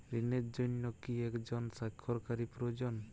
ঋণের জন্য কি একজন স্বাক্ষরকারী প্রয়োজন?